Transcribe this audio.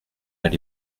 elle